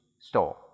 Store